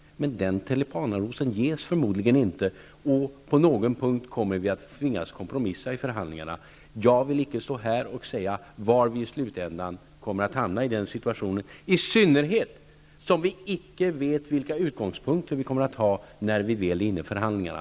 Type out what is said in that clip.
Men denna tulipanaros ges förmodligen inte, och på någon punkt kommer vi att tvingas kompromissa i förhandlingarna. Jag vill icke stå här och säga var vi i slutänden kommer att hamna i den situationen, i synnerhet som vi icke vet vilka utgångspunkter vi kommer att ha när vi väl är inne i förhandlingarna.